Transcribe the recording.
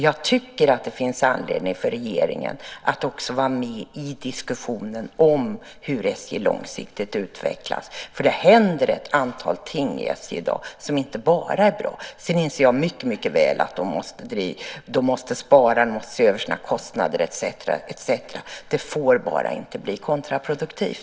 Jag tycker att det finns anledning för regeringen att också vara med i diskussionen om hur SJ långsiktigt utvecklas. Det händer ett antal ting i SJ i dag som inte bara är bra. Jag inser mycket väl att de måste spara och se över sina kostnader etcetera. Det får bara inte bli kontraproduktivt.